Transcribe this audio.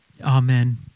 amen